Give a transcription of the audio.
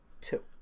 Two